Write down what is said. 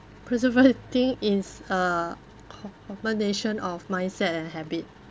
preservating is a combination of mindset and habit